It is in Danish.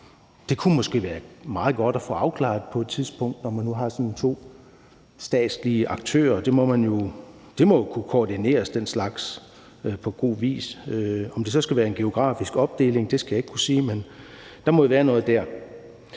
Det kunne måske være meget godt at få afklaret på et tidspunkt, når man nu sådan har to statslige aktører. Den slags må kunne koordineres på god vis. Om det så skal være en geografisk opdeling, skal jeg ikke kunne sige, men der må jo være noget der.